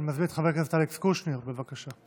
אני מזמין את חבר הכנסת אלכס קושניר, בבקשה.